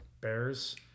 Bears